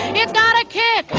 it's not a kick,